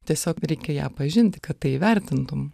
tiesiog reikia ją pažinti kad tai įvertintum